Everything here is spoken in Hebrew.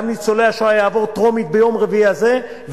גם ניצולי השואה יעבור טרומית ביום רביעי הזה,